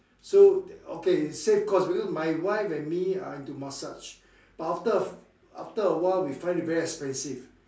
so okay save cost because my wife and me uh like to massage but after after a while we find it very expensive